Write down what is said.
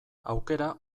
aukera